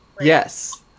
Yes